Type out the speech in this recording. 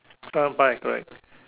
correct